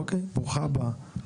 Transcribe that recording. ברוכה הבאה.